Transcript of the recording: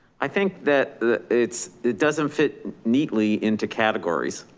i think that it's, it doesn't fit neatly into categories.